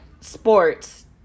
sports